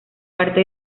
parte